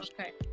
okay